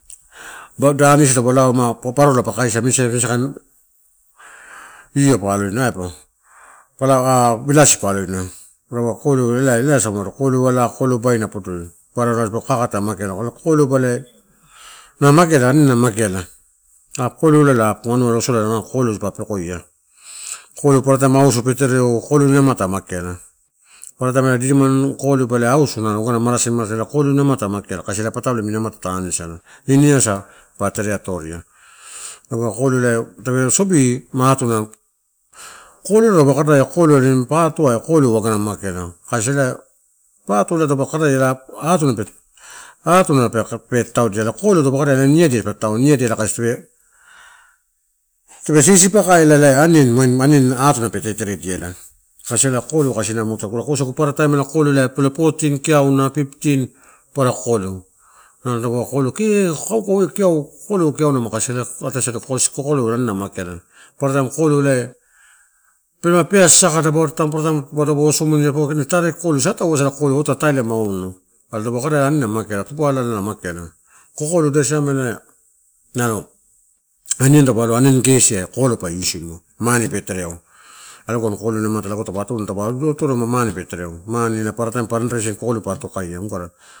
Ma danis ai taupe lao ma po parola pa kaisi misa misa kain, io pa aloina palo-palo ah bilas pa laoina lago kokoleu na elai liasagu, kokoleu ala, kokoleu baina podoi. Papara nalo dipaua kakata na mageala. Kokoleu la ani numageala. Kokoleu la nalo anu losola apuku kokoleu dipa pekoia. Kokoleu paparataim auso pe tere o kokoleu in amatau na mageala kasi patalon amutata anisala ine asa pa tere aatoria tape sobi ma atu na, kokoleula taupe kada alon pato kokoleu na uagu mageala kasi ela pato taupe kada atuna pe tataudia, are kokoleu taupe kada ela niadia dipa tataua, tape sisibaka ela niadia dipa tataua, tape sisibaka ela, ma aniani atuna pe teteredia ela, kaisi kokoleu mu ate kokleu pe fourteen pe lo fifteen papara kokoleu, ah kee kakau eh kokoleu kiauma ma kaisia ataisadiato si kokoleu aninala mageala paparataim kokoleu pelana pelama pea assaka paparataim dapa osomodia kee na tare kokoleu, ta, waisala kokoreu ota taila ma onu. Are taupe kada ani mageala, popoala mageala. Kokoleu ida siamela ah nalo aniani gesiai, kokoleu pa iusimua, mane pe tereau alogani kokoleu in amata lago taupe atuna, taupe alo atoatoria ma ane pe tereo paparataim fundraising kokoleu pa atokaia mukada.